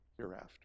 hereafter